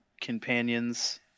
companions